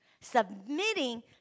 submitting